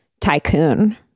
tycoon